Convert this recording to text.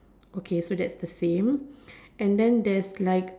okay so that's the same and then there's like